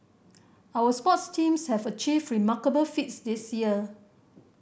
our sports teams have achieved remarkable feats this year